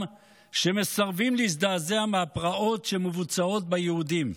ומסרבים להזדעזע מהפרעות שמבוצעות ביהודים.